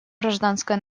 гражданское